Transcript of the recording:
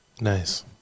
Nice